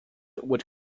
would